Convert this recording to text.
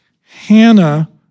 Hannah